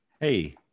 Hey